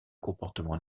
comportement